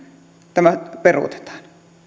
tämä peruutetaan